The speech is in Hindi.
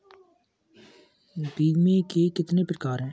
बीमे के कितने प्रकार हैं?